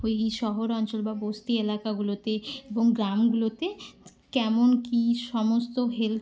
এই শহরাঞ্চল বা বস্তি এলাকাগুলোতে এবং গ্রামগুলোতে কেমন কী সমস্ত হেলথ